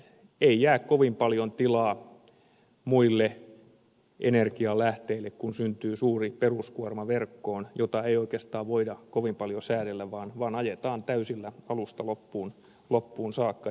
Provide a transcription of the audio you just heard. ei jää kovin paljon tilaa muille energialähteille kun syntyy suuri peruskuorma verkkoon jota ei oikeastaan voida kovin paljon säädellä vaan ajetaan täysillä alusta loppuun saakka